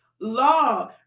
law